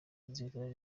inzibutso